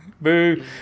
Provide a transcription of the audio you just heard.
Boo